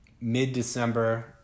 mid-December